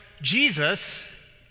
Jesus